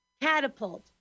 Catapult